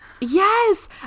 Yes